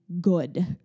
good